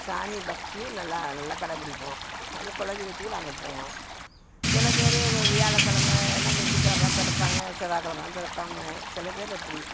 சாமி பக்தியும் நல்லா நல்லா கடைப்பிடிப்போம் அது குல தெய்வத்துக்கு நாங்கள் போவோம் சில பேர் வியாழக்கெழமன்னா வெள்ளிக்கெழம தான் தொடைப்பாங்க செவ்வாக்கெழம தான் தொடைப்பாங்க சில பேர் அப்படி